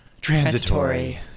Transitory